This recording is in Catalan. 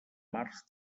març